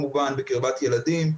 בקרבת ילדים,